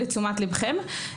לתשומת לבכם.